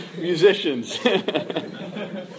Musicians